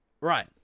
right